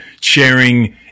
sharing